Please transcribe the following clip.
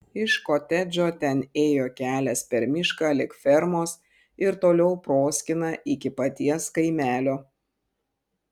iš kotedžo ten ėjo kelias per mišką lig fermos ir toliau proskyna iki paties kaimelio